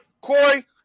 Corey